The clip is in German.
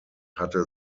hatte